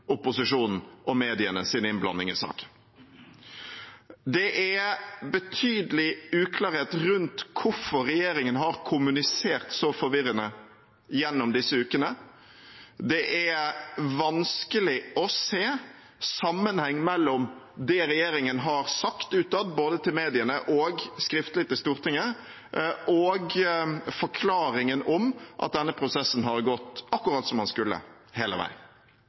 opposisjonen og medienes innblanding i saken. Det er betydelig uklarhet rundt hvorfor regjeringen har kommunisert så forvirrende i disse ukene. Det er vanskelig å se sammenheng mellom det regjeringen har sagt utad, både til mediene og skriftlig til Stortinget, og forklaringen om at denne prosessen har gått akkurat som den skulle hele veien.